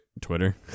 Twitter